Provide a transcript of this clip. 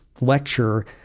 lecture